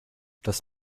das